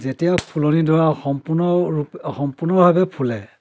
যেতিয়া ফুলনিডৰা সম্পূৰ্ণৰূপে সম্পূৰ্ণভাৱে ফুলে